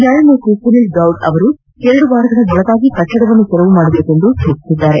ನ್ಯಾಯಮೂರ್ತಿ ಸುನೀಲ್ ಗೌರ್ ಅವರು ಎರಡು ವಾರಗಳ ಒಳಗಾಗಿ ಕಟ್ಟಡವನ್ನು ತೆರವುಗೊಳಿಸುವಂತೆ ಸೂಚಿಸಿದ್ದಾರೆ